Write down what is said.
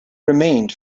remained